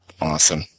Awesome